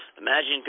Imagine